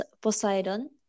Poseidon